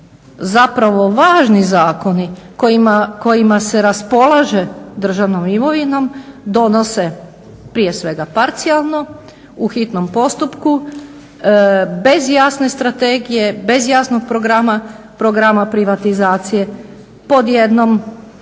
zapravo važni zakoni kojima se raspolaže državnom imovinom donose prije svega parcijalno u hitnom postupku bez jasne strategije bez jasnog programa privatizacije pod jednom ja